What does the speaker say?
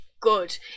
good